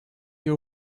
your